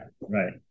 right